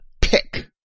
pick